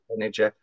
energy